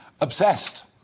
obsessed